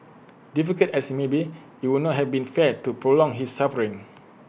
difficult as IT may be IT would not have been fair to prolong his suffering